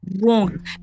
wrong